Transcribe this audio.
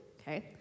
okay